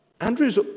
Andrew's